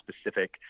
specific